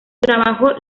trabajo